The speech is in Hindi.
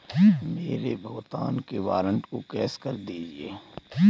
मेरे भुगतान के वारंट को कैश कर दीजिए